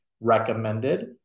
recommended